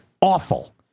awful